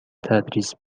تدریس